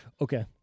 Okay